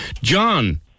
John